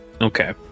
Okay